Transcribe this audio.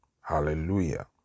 Hallelujah